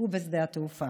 ובשדה התעופה.